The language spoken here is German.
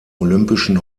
olympischen